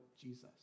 Jesus